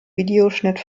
videoschnitt